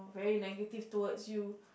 very negative towards you